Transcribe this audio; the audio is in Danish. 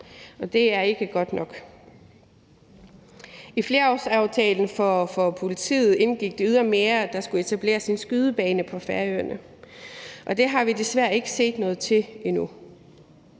Og det er ikke godt nok. I flerårsaftalen for politiet indgik det ydermere, at der skulle etableres en skydebane på Færøerne, men det har vi desværre ikke set noget til endnu.